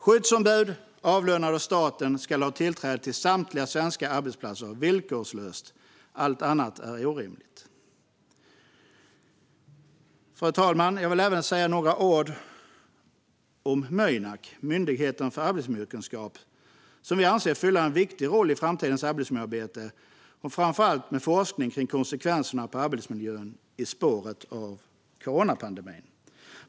Skyddsombud avlönade av staten ska ha tillträde till samtliga svenska arbetsplatser, villkorslöst. Allt annat är orimligt. Fru talman! Jag vill även säga några ord om Mynak, Myndigheten för arbetsmiljökunskap, som vi anser kommer att fylla en viktig roll i framtidens arbetsmiljöarbete och framför allt i forskning kring konsekvenserna på arbetsmiljön i spåren av coronapandemin.